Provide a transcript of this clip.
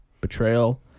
Betrayal